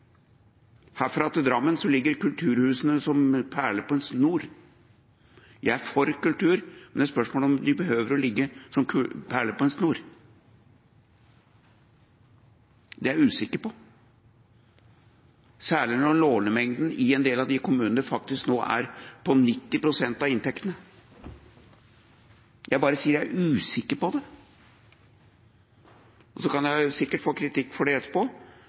ligger kulturhusene som perler på en snor. Jeg er for kultur, men det er spørsmål om de behøver å ligge som perler på en snor! Det er jeg usikker på – særlig når lånemengden i en del av de kommunene faktisk nå er på 90 pst. av inntektene. Jeg bare sier jeg er usikker på det. Så kan jeg sikkert få kritikk for det